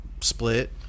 split